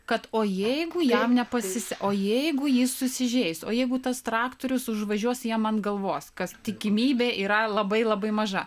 kad o jeigu jam nepasis o jeigu jis susižeis o jeigu tas traktorius užvažiuos jam ant galvos kas tikimybė yra labai labai maža